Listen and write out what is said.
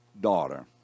daughter